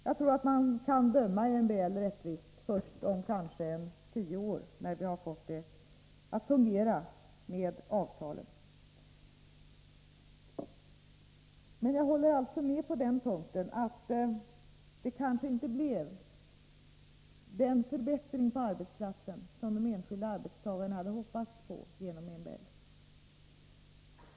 Jag tror att man kan döma MBL rättvist först om kanske tio år, när vi har fått det att fungera med avtalen. Men jag håller alltså med om att MBL kanske inte gav den förbättring på arbetsplatsen som de enskilda arbetstagarna hade hoppats på.